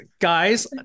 guys